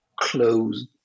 closed